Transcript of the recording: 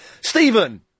Stephen